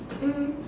mm